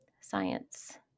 science